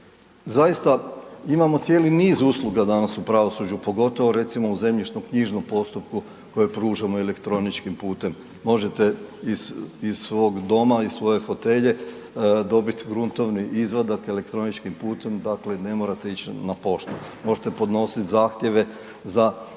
Zaista imamo cijeli niz usluga danas u pravosuđu, pogotovo recimo u zemljišnoknjižnom postupku koji pružamo elektroničkim putem, možete iz svog doma, iz svoje fotelje, dobit gruntovni izvadak elektroničkim putem, dakle ne morate ić na poštu, možete podnosit zahtjeve za,